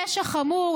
פשע חמור,